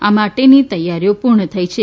આ માટેની તૈયારીઓ પુર્ણ થઇ છે